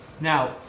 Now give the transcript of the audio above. Now